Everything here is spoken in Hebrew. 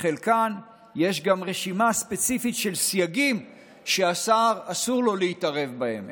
בחלקן יש גם רשימה ספציפית של סייגים שאסור לשר להתערב בהם.